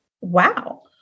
Wow